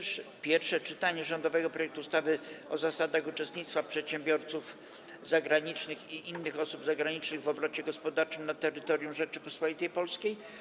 20. Pierwsze czytanie rządowego projektu ustawy o zasadach uczestnictwa przedsiębiorców zagranicznych i innych osób zagranicznych w obrocie gospodarczym na terytorium Rzeczypospolitej Polskiej.